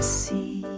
see